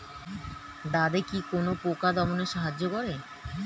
দাদেকি কোন পোকা দমনে সাহায্য করে?